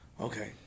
Okay